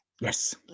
Yes